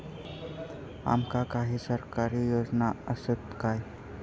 आमका काही सरकारी योजना आसत काय?